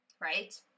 right